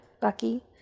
Bucky